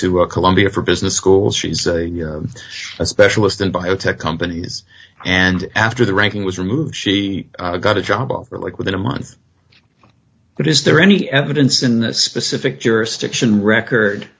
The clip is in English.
a columbia for business school she's a specialist in biotech companies and after the ranking was removed she got a job offer like within a month but is there any evidence in the specific jurisdiction record